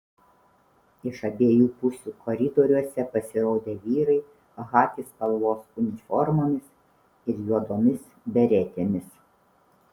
iš abiejų pusių koridoriuose pasirodė vyrai chaki spalvos uniformomis ir juodomis beretėmis